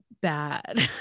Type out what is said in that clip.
bad